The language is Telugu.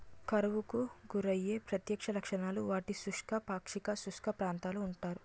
కరువుకు గురయ్యే ప్రత్యక్ష లక్షణాలు, వాటిని శుష్క, పాక్షిక శుష్క ప్రాంతాలు అంటారు